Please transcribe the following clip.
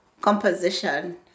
composition